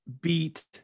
beat